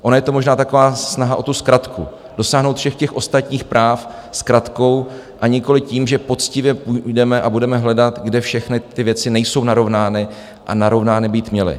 Ono je to možná taková snaha o zkratku, dosáhnout všech těch ostatních práv zkratkou, a nikoli tím, že poctivě půjdeme a budeme hledat, kde všechny ty věci nejsou narovnány a narovnány být měly.